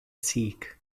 sikh